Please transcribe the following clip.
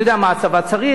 אני יודע מה הצבא צריך,